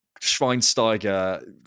Schweinsteiger